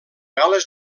gal·les